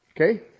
Okay